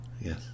Yes